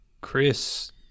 Chris